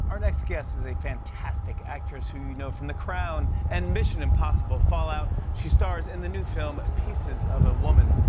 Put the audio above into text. our next guest is a fantastic actress who you know from the crown and mission impossible fallout. she stars in the new film pieces of a woman,